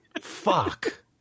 Fuck